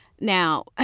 now